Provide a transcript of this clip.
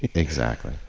exactly.